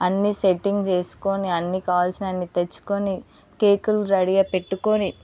అన్ని సెట్టింగ్ చేసుకొని అన్ని కావాల్సినని తెచ్చుకొని కేకులు రెడీగా పెట్టుకొని